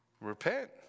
repent